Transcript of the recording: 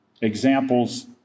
examples